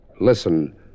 Listen